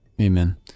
Amen